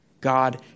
God